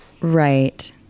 Right